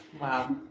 Wow